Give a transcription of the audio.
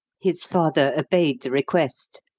his father obeyed the request.